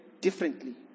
differently